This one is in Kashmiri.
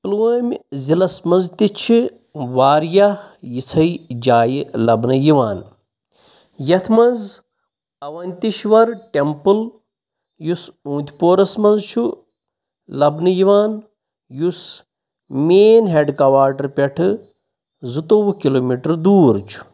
پُلوٲمہِ ضلعس مَنٛز تہِ چھِ واریاہ یِژھٕے جایہِ لَبنہٕ یِوان یَتھ منٛز اونٛتِشور ٹٮ۪مپٕل یُس اوٗنتۍ پورَس منٛز چھُ لَبنہٕ یِوان یُس مین ہٮ۪ڈ کواٹَر پٮ۪ٹھٕ زٕتووُہ کِلوٗمیٖٹَر دوٗر چھُ